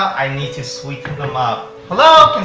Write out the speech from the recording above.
i need to sweeten them up hello?